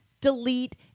delete